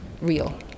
real